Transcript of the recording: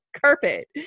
carpet